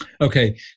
Okay